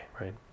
right